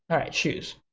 alright, shoes.